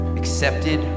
accepted